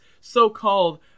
so-called